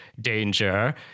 danger